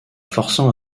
forçant